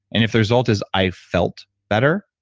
and if the result is i felt better,